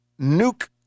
Nuke